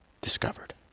discovered